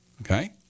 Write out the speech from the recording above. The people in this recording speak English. Okay